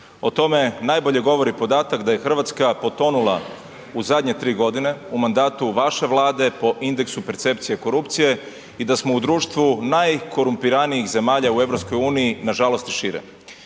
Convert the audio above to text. O tome najbolje govori podatak da je Hrvatska potonula u zadnje 3 godine u mandatu vaše Vlade po indeksu percepcije korupcije i da smo u društvu najkorumpiranijih zemlja u EU, nažalost i šire.